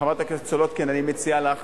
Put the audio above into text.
וחברת הכנסת סולודקין, אני מציע לך